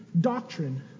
doctrine